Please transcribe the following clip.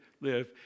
live